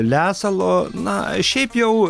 lesalo na šiaip jau